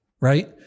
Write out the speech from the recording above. Right